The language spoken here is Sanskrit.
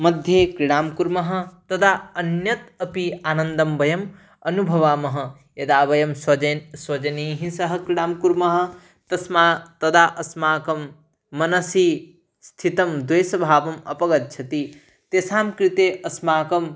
मध्ये क्रीडां कुर्मः तदा अन्यत् अपि आनन्दं वयम् अनुभवामः यदा वयं स्वजनः स्वजनैः सह क्रीडां कुर्मः तस्मात् तदा अस्माकं मनसि स्थितं द्वेषभावम् अपगच्छति तेषां कृते अस्माकम्